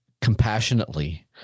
compassionately